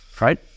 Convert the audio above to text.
right